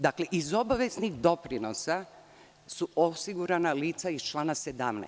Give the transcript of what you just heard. Dakle, iz obaveznih doprinosa su osigurana lica iz člana 17.